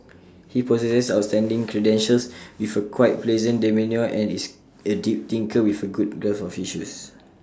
he possesses outstanding credentials with A quiet pleasant demeanour and is A deep thinker with A good grasp of issues